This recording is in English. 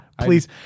Please